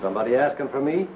somebody asking for me